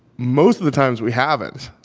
most of the times, we haven't.